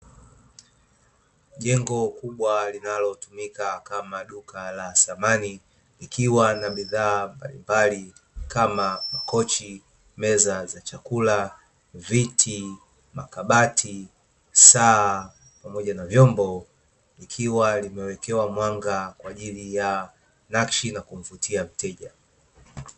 Jengo kubwa linalotumika kama duka la samani likiwa na bidhaa mbalimbali kama kochi, meza za chakula, viti, makabati, saa pamoja na vyombo likiwa limewekewa mwanga kwa ajili ya nakshi kumvutia mteja.